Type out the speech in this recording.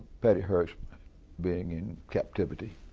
patty hearst being in captivity,